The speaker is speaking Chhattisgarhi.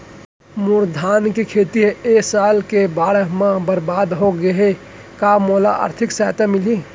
मोर धान के खेती ह ए साल के बाढ़ म बरबाद हो गे हे का मोला आर्थिक सहायता मिलही?